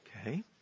Okay